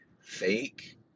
fake